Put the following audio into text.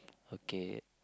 okay